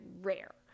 rare